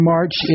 March